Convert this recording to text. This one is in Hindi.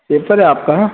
पेपर है आपका